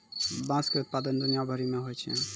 बाँस के उत्पादन दुनिया भरि मे होय छै